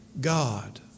God